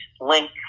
link